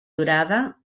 durada